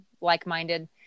like-minded